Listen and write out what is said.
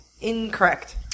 Incorrect